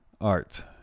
Art